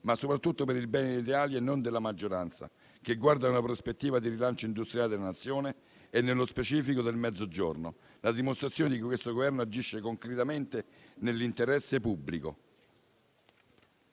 soprattutto per il bene dell'Italia e non della maggioranza, che guarda a una prospettiva di rilancio industriale della Nazione e, nello specifico, del Mezzogiorno. È la dimostrazione che questo Governo agisce concretamente nell'interesse pubblico.